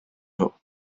nhw